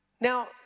Now